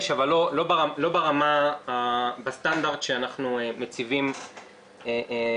יש, אבל לא בסטנדרט שאנחנו מציבים לזכיינים.